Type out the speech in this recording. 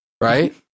Right